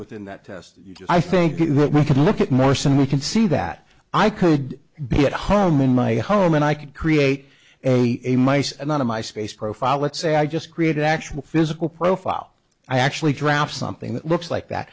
within that test i think you should look at more some you can see that i could be at home in my home and i could create a mice and one of my space profile lets say i just created actual physical profile i actually drop something that looks like that